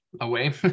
away